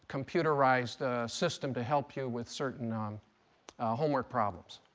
computerized system to help you with certain um homework problems.